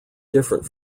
different